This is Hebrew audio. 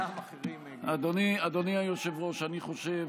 היו ימים שגם אחרים, אדוני היושב-ראש, אני חושב